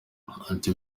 ati